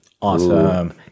Awesome